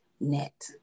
net